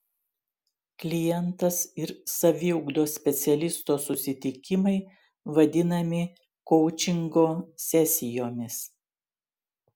klientas ir saviugdos specialisto susitikimai vadinami koučingo sesijomis